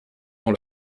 dans